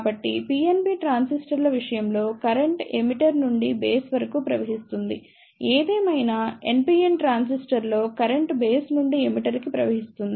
కాబట్టి PNP ట్రాన్సిస్టర్ల విషయంలో కరెంట్ ఎమిటర్ నుండి బేస్ వరకు ప్రవహిస్తుంది ఏదేమైనా NPN ట్రాన్సిస్టర్ లో కరెంట్ బేస్ నుండి ఎమిటర్ కి ప్రవహిస్తుంది